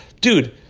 dude